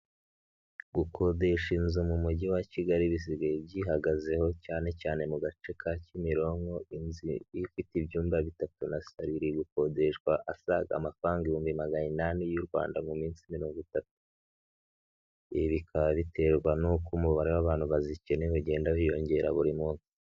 Gukodesha inzu mu mujyi wa Kigali bisigaye byihagazeho, cyane cyane mu gace ka Kimironko, inzu iba ifite ibyumba bitatu, na salo, biri gukodeshwa asaga amafaranga ibihumbi magana inani y'u Rwanda mu minsi mirongo itatu, ibi bikaba biterwa n'uko umubare w'abantu bazikeneye ugenda wiyongera buri munsi.